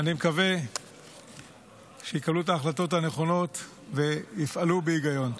אני מקווה שיקבלו את ההחלטות הנכונות ויפעלו בהיגיון.